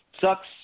sucks